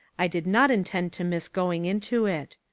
i did not intend to miss going into it.